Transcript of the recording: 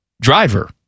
driver